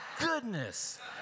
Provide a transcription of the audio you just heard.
goodness